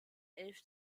elf